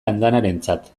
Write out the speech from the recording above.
andanarentzat